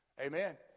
Amen